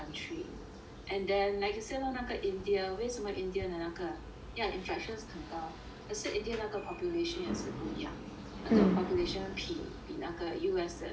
and then like you say lor 那个 India 为什么 India 的那个 yeah infections 很高可是 India 那个 population 也是不一样那个 population 比比那个 U_S 的更大